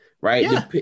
right